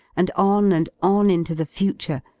and on and on into the future,